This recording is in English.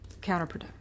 counterproductive